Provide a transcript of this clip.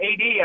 AD